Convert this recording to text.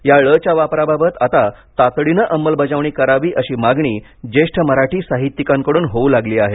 या ळ च्या वापराबाबत आता तातडीनं अंमलबजावणी करावी अशी मागणी ज्येष्ठ मराठी साहित्यिकांकडून होऊ लागली आहे